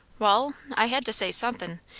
wall, i had to say suthin',